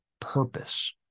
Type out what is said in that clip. purpose